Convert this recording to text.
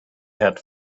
had